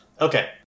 Okay